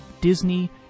Disney